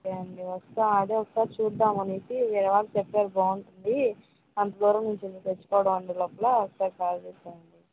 okay అండి వస్తా అదే ఒకసారి చూద్దామనేసి మా వాళ్ళు చెప్పారు బాగుంటుంది అంత దూరం నుంచి ఎ తెచ్చుకోవడం అనే లోపల ఒకసారి కాల్ చేసామండి